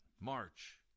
march